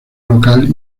local